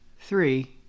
Three